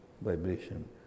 vibration